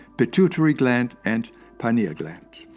pituitary gland, and pineal gland